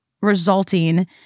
resulting